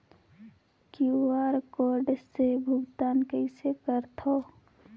QR code से भुगतान कइसे करथव?